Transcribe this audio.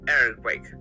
earthquake